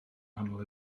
nghanol